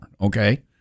Okay